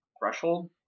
threshold